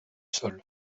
sol